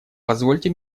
позвольте